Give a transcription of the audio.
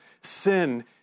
Sin